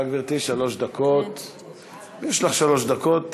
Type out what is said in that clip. בבקשה, גברתי, יש לך שלוש דקות.